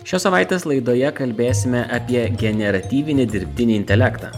šios savaitės laidoje kalbėsime apie generatyvinį dirbtinį intelektą